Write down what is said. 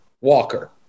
Walker